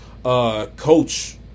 Coach